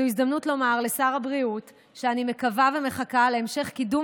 זו ההזדמנות לומר לשר הבריאות שאני מקווה ומחכה להמשך קידום